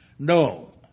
No